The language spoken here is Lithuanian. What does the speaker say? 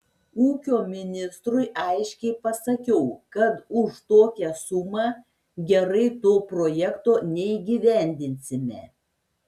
ūkio ministrui aiškiai pasakiau kad už tokią sumą gerai to projekto neįgyvendinsime